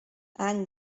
any